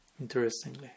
interestingly